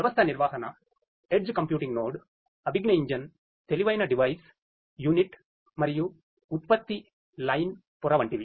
వ్యవస్థ నిర్వహణ edge computing node cognitive engine తెలివైన డివైస్ యూనిట్ మరియు ఉత్పత్తి లైన్ పొర వంటివి